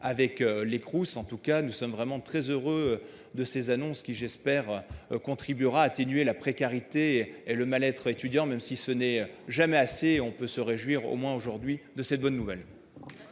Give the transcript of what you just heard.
avec les Crous en tout cas nous sommes vraiment très heureux de ces annonces qui, j'espère. Contribuera à atténuer la précarité et le mal-être étudiant même si ce n'est jamais assez. On peut se réjouir, au moins aujourd'hui de cette bonne nouvelle.